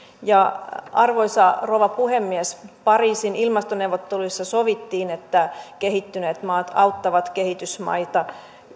arvoisa rouva puhemies pariisin ilmastoneuvotteluissa sovittiin että kehittyneet maat auttavat kehitysmaita